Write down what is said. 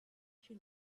she